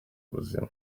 ubuzima